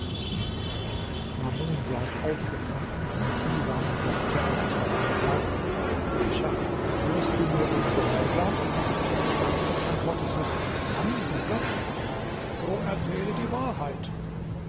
mamun saß aufgebracht in seinem divan und sagte als ich hereintrat ishak wirst du mir ungehorsam ich antwortete nein bei gott so erzähle die wahrheit